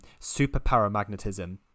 superparamagnetism